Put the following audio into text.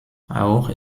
auch